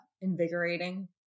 invigorating